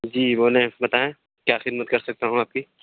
جی بولیں بتائیں کیا خدمت کر سکتا ہوں آپ کی